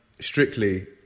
Strictly